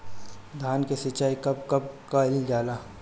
धान के सिचाई कब कब कएल जाला?